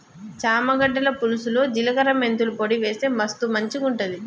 చామ గడ్డల పులుసులో జిలకర మెంతుల పొడి వేస్తె మస్తు మంచిగుంటది